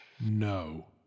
No